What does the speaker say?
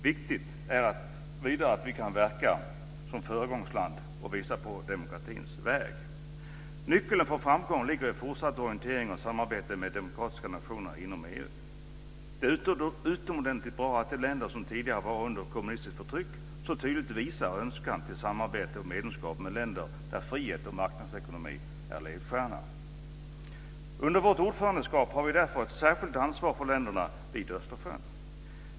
Viktigt är vidare att vi kan verka som föregångsland och visa på demokratins väg. Nyckeln för framgång ligger i fortsatt orientering mot och samarbete med demokratiska nationer inom EU. Det är därför utomordentligt bra att de länder som tidigare var under kommunistiskt förtryck så tydligt visar önskan till medlemskap och samarbete med länder där frihet och marknadsekonomi är ledstjärna. Under vårt ordförandeskap har vi därför ett särskilt ansvar för länderna vid Östersjön.